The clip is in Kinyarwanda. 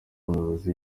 umuyobozi